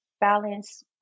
balance